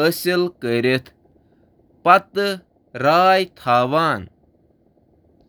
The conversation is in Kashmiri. انکوائری تہٕ کانٛہہ بہتری۔